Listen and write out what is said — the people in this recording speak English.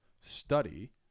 study